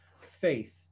faith